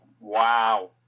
Wow